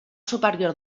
superior